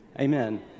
Amen